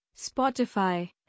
Spotify